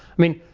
i mean,